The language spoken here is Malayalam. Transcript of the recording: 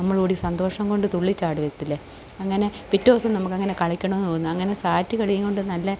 നമ്മൾ കൂടി സന്തോഷം കൊണ്ട് തുള്ളിച്ചാടത്തില്ലെ അങ്ങനെ പിറ്റേ ദിവസം നമുക്കങ്ങനെ കളിക്കണമെന്ന് തോന്നും അങ്ങനെ സാറ്റ് കളിയും കൊണ്ട് നല്ല